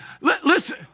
listen